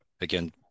again